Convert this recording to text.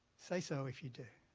say so, if you do.